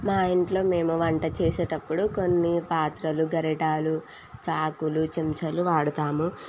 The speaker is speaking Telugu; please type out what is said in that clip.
మా ఇంట్లో మేము వంట చేసేటప్పుడు కొన్ని పాత్రలు గరిటెలు చాకులు చెంచాలు వాడుతాము